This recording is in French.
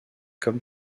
comme